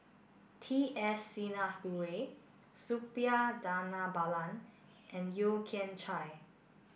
T S Sinnathuray Suppiah Dhanabalan and Yeo Kian Chye